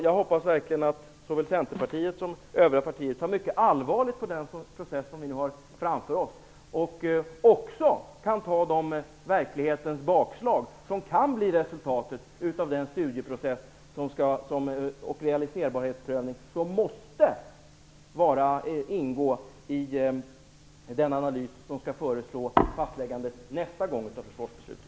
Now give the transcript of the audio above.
Jag hoppas verkligen att såväl Centerpartiet som övriga partier tar mycket allvarligt på den process som vi nu har framför oss och att de även kan ta de verklighetens bakslag som kan bli resultatet av den studieprocess och realiserbarhetsprövning som måste ingå i den analys som skall föregå fastläggandet av försvarsbeslutet nästa gång.